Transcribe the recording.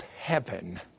heaven